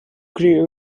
grew